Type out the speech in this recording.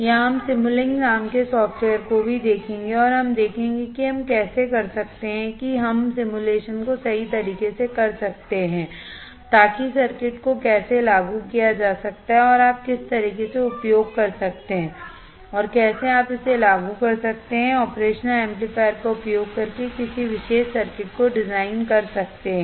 या हम simulink नाम के सॉफ्टवेयर को भी देखेंगे और हम देखेंगे कि हम कैसे कर सकते हैं कि हम सिमुलेशन को सही तरीके से कैसे कर सकते हैं ताकि सर्किट को कैसे लागू किया जा सकता है और आप किस तरह से उपयोग कर सकते हैं और कैसे आप इसे लागू कर सकते हैं ऑपरेशन एम्पलीफायर का उपयोग करके किसी विशेष सर्किट को डिजाइन कर सकते हैं